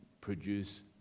produce